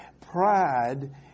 pride